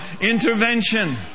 Intervention